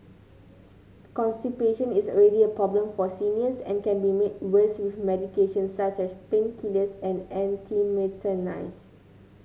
constipation is already a problem for seniors and can be made worse with medication such as painkillers and